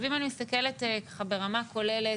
אם אני מסתכלת ברמה כוללת,